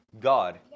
God